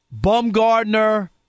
Bumgardner